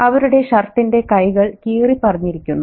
അവരുടെ ഷർട്ടിന്റെ കൈകൾ കീറിപ്പറിഞ്ഞിരിക്കുന്നു